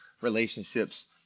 relationships